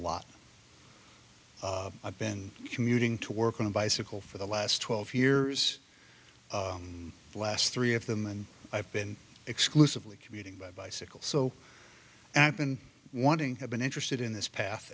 lot i've been commuting to work on a bicycle for the last twelve years the last three of them and i've been exclusively commuting by bicycle so i've been wondering have been interested in this path